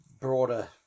broader